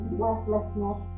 worthlessness